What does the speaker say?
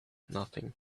nothing